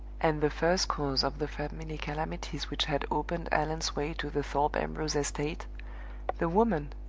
and the first cause of the family calamities which had opened allan's way to the thorpe ambrose estate the woman,